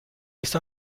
ist